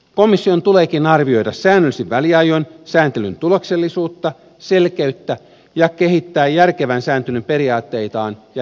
komission tuleekin arvioida säännöllisin väliajoin sääntelyn tuloksellisuutta selkeyttä ja kehittää järkevän sääntelyn periaatteitaan ja käytänteitään